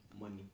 money